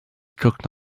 cooked